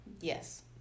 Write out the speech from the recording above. Yes